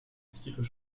multiples